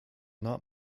not